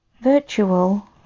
Virtual